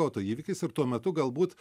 autoįvykis ir tuo metu galbūt